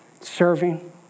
serving